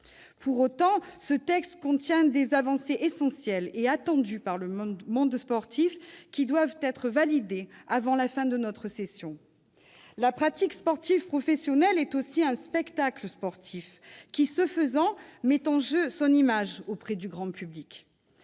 Pour autant, ce texte contient des avancées essentielles et attendues par le monde sportif, avancées qui doivent être validées avant la suspension de nos travaux. La pratique sportive professionnelle est aussi un spectacle sportif qui, ce faisant, met en jeu son image auprès du grand public.